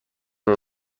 non